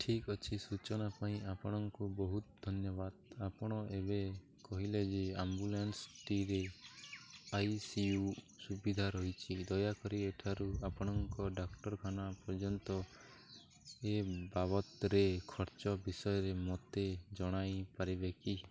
ଠିକ୍ ଅଛି ସୂଚନା ପାଇଁ ଆପଣଙ୍କୁ ବହୁତ ଧନ୍ୟବାଦ ଆପଣ ଏବେ କହିଲେ ଯେ ଆମ୍ବୁଲାନ୍ସଟିରେ ଆଇ ସି ୟୁ ସୁବିଧା ରହିଛି ଦୟାକରି ଏଠାରୁ ଆପଣଙ୍କ ଡାକ୍ତରଖାନା ପର୍ଯ୍ୟନ୍ତ ଏ ବାବଦରେ ଖର୍ଚ୍ଚ ବିଷୟରେ ମୋତେ ଜଣାଇ ପାରିବେ କି